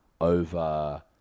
over